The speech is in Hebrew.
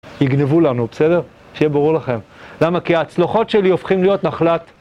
יגנבו לנו, בסדר? שיהיה ברור לכם למה כי ההצלחות שלי הופכים להיות נחלת.